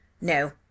No